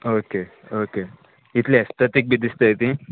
okay okay इतलें aesthetic बी दिसताय तीं